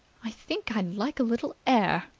i think i'd like a little air.